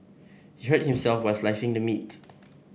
he hurt himself while slicing the meat